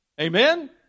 Amen